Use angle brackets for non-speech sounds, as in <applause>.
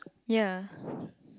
ya <breath>